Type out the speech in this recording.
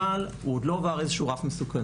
אבל הוא עוד לא עבר איזשהו רף מסוכנות.